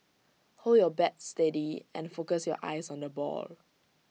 hold your bat steady and focus your eyes on the ball